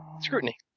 Scrutiny